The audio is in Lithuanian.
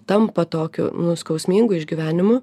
tampa tokiu nu skausmingu išgyvenimu